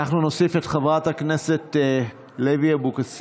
להעביר את הצעת חוק סדר הדין הפלילי (סמכויות אכיפה,